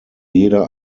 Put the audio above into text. jeder